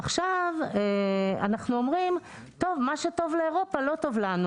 עכשיו אנחנו אומרים מה שטוב לאירופה לא טוב לנו,